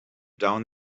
down